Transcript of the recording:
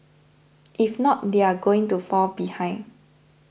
if not they are going to fall behind